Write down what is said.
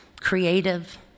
creative